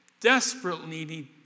desperately